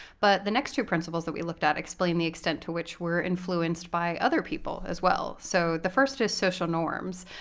but the next two principles that we looked at explain the extent to which we're influenced by other people, as well. so the first is social norms.